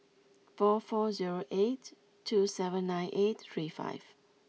four four zero eight two seven nine eight three five